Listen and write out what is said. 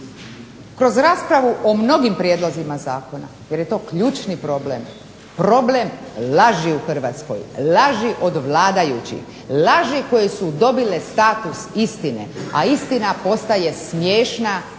kroz raspravu o mnogim prijedlozima zakona jer je to ključni problem, problem laži u Hrvatskoj, laži od vladajućih, laži koje su dobile status istine, a istina postaje smiješna,